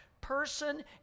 person